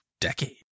decade